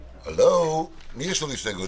למי יש הסתייגות?